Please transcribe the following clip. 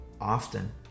often